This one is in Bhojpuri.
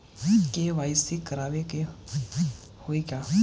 के.वाइ.सी करावे के होई का?